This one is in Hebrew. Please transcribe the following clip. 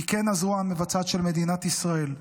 הוא כן הזרוע המבצעת של מדינת ישראל,